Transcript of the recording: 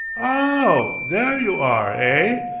ow, there you are, eigh,